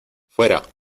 fuera